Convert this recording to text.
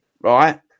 right